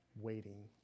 waiting